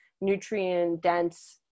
nutrient-dense